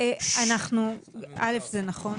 זה נכון.